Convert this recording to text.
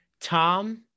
Tom